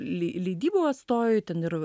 lei leidybų atstovai ten ir